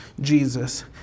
Jesus